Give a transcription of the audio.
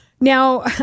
Now